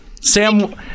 Sam